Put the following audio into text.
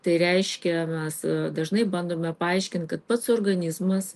tai reiškia mes dažnai bandome paaiškint kad pats organizmas